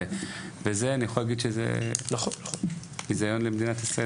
וזה אני יכול להגיד שזה ביזיון למדינת ישראל.